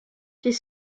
fit